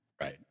Right